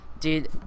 Dude